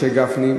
משה גפני,